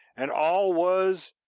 and all was,